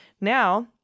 Now